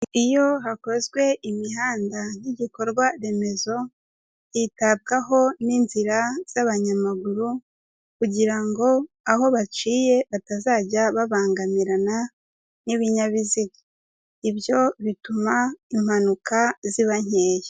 Iyo hakozwe imihanda nk'igikorwa remezo hitabwaho n'inzira z'abanyamaguru kugira ngo aho baciye batazajya babangamirana n'ibinyabiziga, ibyo bituma impanuka ziba nkeya.